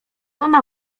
ona